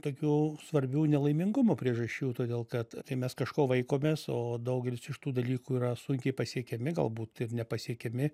tokių svarbių nelaimingumo priežasčių todėl kad kai mes kažko vaikomės o daugelis iš tų dalykų yra sunkiai pasiekiami galbūt ir nepasiekiami